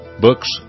books